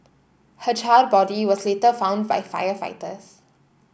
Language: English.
her charred body was later found by firefighters